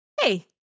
hey